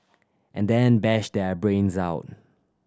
and then bash their brains out